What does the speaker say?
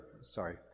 Sorry